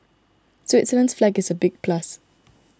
Switzerland's flag is a big plus